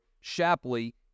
Shapley